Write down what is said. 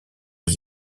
aux